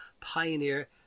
pioneer